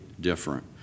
different